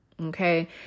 Okay